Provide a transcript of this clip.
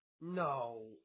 No